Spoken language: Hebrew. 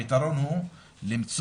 הפתרון הוא למצוא